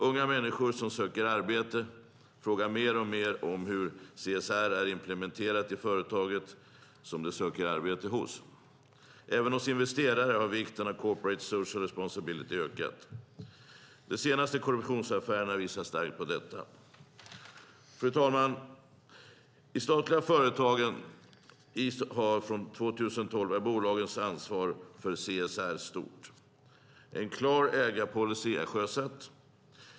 Unga människor som söker arbete frågor mer och mer om hur CSR är implementerat i företagen som de söker arbete hos. Även hos investerare har vikten av corporate social responsibility ökat. De senaste korruptionsaffärerna visar starkt på detta. Fru talman! Sedan 2012 är de statliga företagens ansvar för CSR stort. En klar ägarpolicy är sjösatt.